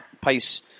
pace